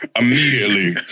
immediately